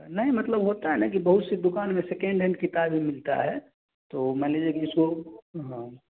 नहीं मतलब होता है ना कि बहुत सी दुकान में सेकेंड हैंड किताब भी मिलता है तो मान लीजिए कि इसको हाँ